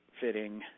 fitting